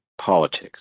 politics